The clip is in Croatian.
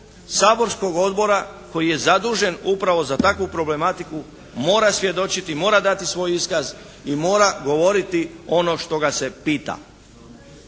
saborskog Odbora koji je zadužen upravo za takvu problematiku mora svjedočiti, mora dati svoj iskaz i mora govoriti ono što ga se pita.